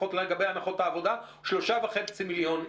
לפחות לגבי הנחות העבודה 3.5 מיליון איש.